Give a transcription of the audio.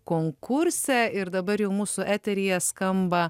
konkurse ir dabar jau mūsų eteryje skamba